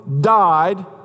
died